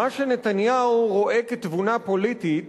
מה שנתניהו רואה כתבונה פוליטית